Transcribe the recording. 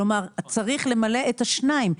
כלומר צריך למלא את השניים.